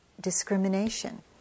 discrimination